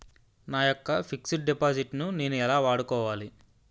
నా యెక్క fixed deposit ను నేను ఎలా వాడుకోవాలి?